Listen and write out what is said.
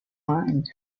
mind